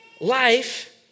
life